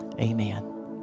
amen